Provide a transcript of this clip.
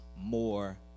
more